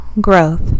growth